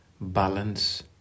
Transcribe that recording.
balance